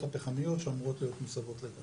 הפחמיות שאמורות להיות מוסבות לגז.